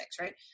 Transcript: right